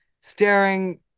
staring